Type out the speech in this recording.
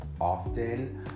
often